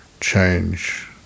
change